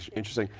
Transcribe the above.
interesting.